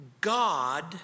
God